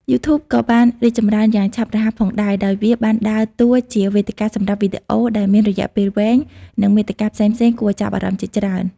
YouTube ក៏បានរីកចម្រើនយ៉ាងឆាប់រហ័សផងដែរ ដោយវាបានដើរតួជាវេទិកាសម្រាប់វីដេអូដែលមានរយៈពេលវែង និងមាតិកាផ្សេងៗគួរឱ្យចាប់អារម្មណ៍ជាច្រើន។